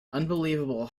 unbelievable